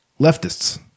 leftists